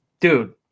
dude